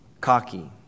Cocky